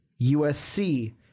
USC